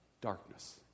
darkness